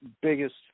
biggest